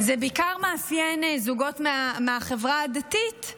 זה בעיקר מאפיין זוגות מהחברה הדתית,